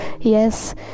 Yes